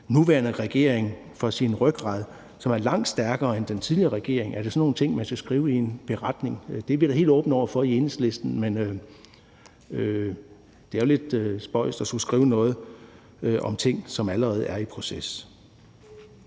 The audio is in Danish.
nuværende regering for dens rygrad, som er langt stærkere end den tidligere regerings? Er det sådan nogle ting, man skal skrive i en beretning? Det er vi da helt åbne over for i Enhedslisten, men det er jo lidt spøjst at skulle skrive noget om ting, som allerede er i proces.